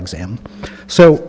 exam so